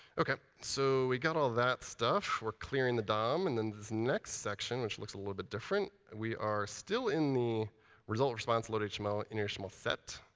ok, so we got all that stuff. we're clearing the dom. and in this next section, which looks a little bit different, we are still in the result response load html innerhtml set.